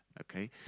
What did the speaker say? Okay